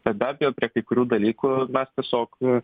bet be abejo prie kai kurių dalykų mes visokių